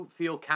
feel